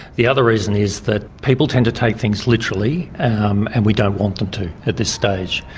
the other reason is that people tend to take things literally um and we don't want them to at this stage.